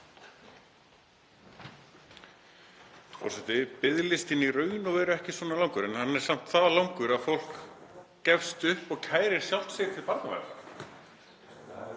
Forseti. Biðlistinn er í raun og veru ekki svona langur en hann er samt það langur að fólk gefst upp og kærir sjálft sig til barnaverndar.